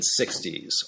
1960s